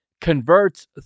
converts